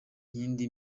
iyindi